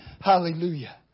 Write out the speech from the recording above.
Hallelujah